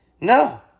No